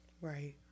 Right